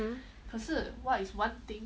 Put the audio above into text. mmhmm